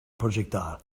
projectile